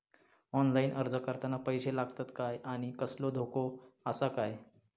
Online अर्ज करताना पैशे लागतत काय आनी कसलो धोको आसा काय?